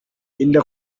inda